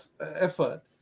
effort